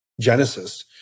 genesis